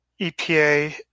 EPA